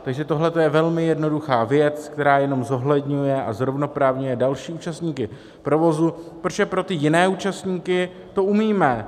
Takže tohleto je velmi jednoduchá věc, která jenom zohledňuje a zrovnoprávňuje další účastníky provozu, protože pro ty jiné účastníky to umíme.